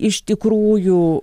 iš tikrųjų